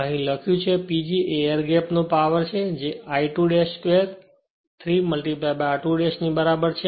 અહીં લખ્યું છે PG એ એર ગેપ નો પાવર છે જે 3 I2 2 r2 ની બરાબર છે